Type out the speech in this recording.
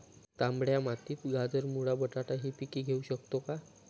तांबड्या मातीत गाजर, मुळा, बटाटा हि पिके घेऊ शकतो का?